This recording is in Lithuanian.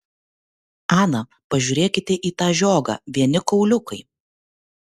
ana pažiūrėkite į tą žiogą vieni kauliukai